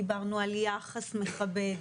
דיברנו על יחס מכבד,